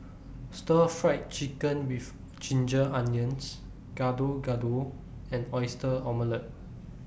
Stir Fried Chicken with Ginger Onions Gado Gado and Oyster Omelette